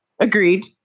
Agreed